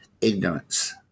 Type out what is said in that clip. ignorance